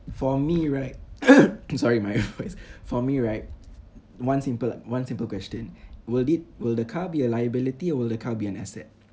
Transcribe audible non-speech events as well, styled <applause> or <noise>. for me right <noise> I'm sorry my voice for me right one simple one simple question will it will the car be a liability or will the car be an asset